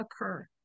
occur